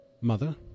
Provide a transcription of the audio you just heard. Mother